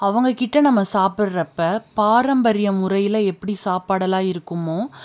அவங்ககிட்ட நம்ம சாப்பிட்றப்ப பாரம்பரிய முறையில் எப்படி சாப்பாடல்லாம் இருக்குமோ